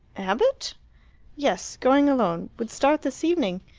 abbott? yes. going alone would start this evening.